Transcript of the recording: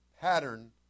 pattern